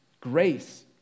grace